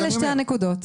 אלה שתי הנקודות.